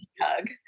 hug